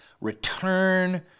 return